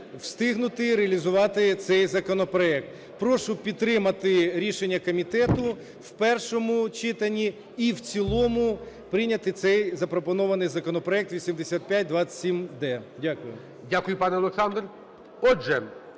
встигнути реалізувати цей законопроект. Прошу підтримати рішення комітету в першому читанні і в цілому прийняти цей запропонований законопроект 8527-д. Дякую. ГОЛОВУЮЧИЙ. Дякую, пане Олександр.